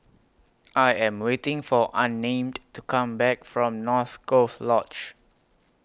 I Am waiting For Unnamed to Come Back from North Coast Lodge